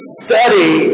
study